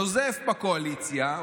נוזף בקואליציה,